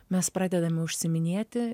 mes pradedame užsiiminėti